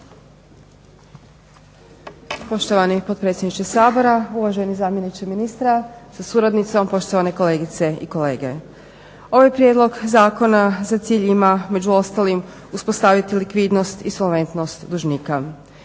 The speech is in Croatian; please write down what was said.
Poštovani potpredsjedniče Sabora uvaženi zamjeniče ministra sa suradnicom, poštovane kolegice i kolege. Ovaj prijedloga zakona za cilj ima među ostalim uspostaviti likvidnost i insolventnost dužnika.